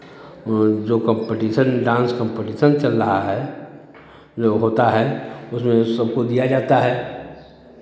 जो competition dance competition चल रहा है जो होता है उसमें उस सबको दिया जाता है